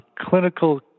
clinical